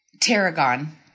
Tarragon